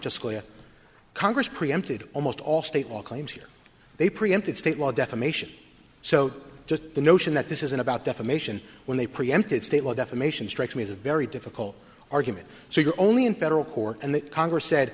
just congress preempted almost all state law claims here they preempted state law defamation so just the notion that this isn't about defamation when they preempted state law defamation strikes me as a very difficult argument so you're only in federal court and the congress said